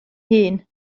hun